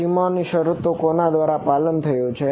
સીમાઓની શરતો નું કોના દ્વારા પાલન થયું છે